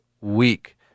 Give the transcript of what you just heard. week